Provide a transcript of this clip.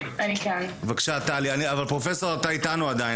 בבקשה טלי.